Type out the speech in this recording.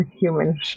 human